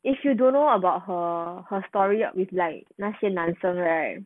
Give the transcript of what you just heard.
if you don't know about her her story with like 那些男生 right